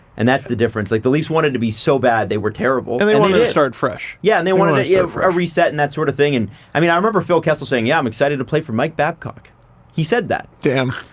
and that's the difference. like the leafs wanted to be so bad they were terrible. and they wanted to start fresh. yeah, and they wanted a reset and that sort of thing, and i mean, i remember phil kessel saying, yeah, i'm excited to play for mike babcock he said that. damn.